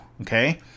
okay